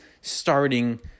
starting